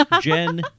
Jen